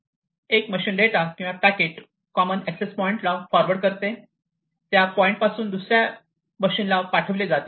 एक machine data किंवा packet common access point ला फॉरवर्ड करते त्या पॉईंट पासून पॅकेट दुसऱ्या मशीनला पाठविले जाते